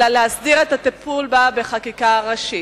אלא להסדיר את הטיפול בה בחקיקה ראשית.